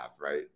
right